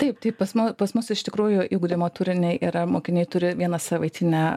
taip taip pas mus pas mus iš tikrųjų įgudimo turiniai yra mokiniai turi vieną savaitinę